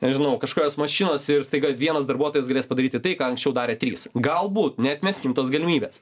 aš žinau kažkokios mašinos ir staiga vienas darbuotojas galės padaryti tai ką anksčiau darė trys galbūt neatmeskim tos galimybės